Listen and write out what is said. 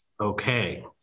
Okay